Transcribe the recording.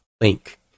link